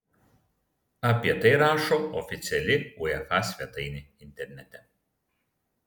apie tai rašo oficiali uefa svetainė internete